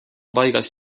paigas